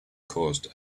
caused